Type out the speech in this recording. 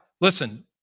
Listen